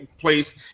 place